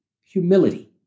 humility